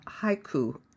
haiku